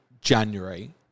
January